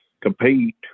compete